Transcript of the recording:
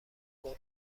اون